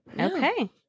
Okay